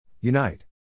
Unite